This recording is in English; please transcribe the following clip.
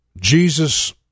Jesus